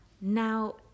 Now